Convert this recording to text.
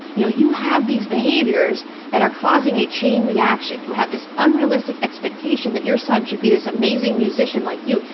you know you have these behaviors that are causing a chain reaction. you have this unrealistic expectation that your son should be this amazing musician like you,